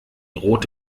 rote